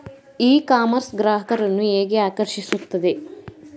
E commerce ಗ್ರಾಹಕರನ್ನು ಹೇಗೆ ಆಕರ್ಷಿಸುತ್ತದೆ?